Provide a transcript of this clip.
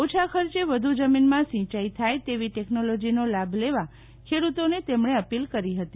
ઓછા ખર્ચે વધુ જમીનમાં સિંચાઈ થાય તેવી ટેકનોલોજીનો લાભ લેવા ખેડૂતોને શ્રી પટેલે અપીલ કરી હતી